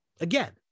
again